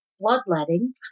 bloodletting